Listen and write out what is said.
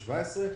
2017,